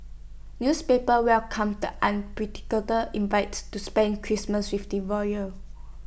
newspapers welcomed an predictor invite to spend Christmas with the royals